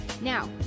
Now